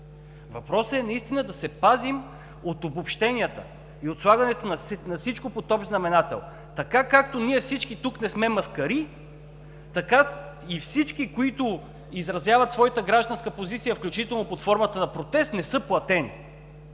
Въпросът е наистина да се пазим от обобщенията и от слагането на всичко под общ знаменател: така, както всички ние тук не сме маскари, така и всички, които изразяват своята гражданска позиция – включително под формата на протест, не са платени.